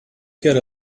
quer